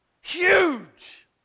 Huge